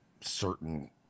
certain